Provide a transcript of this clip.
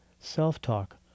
self-talk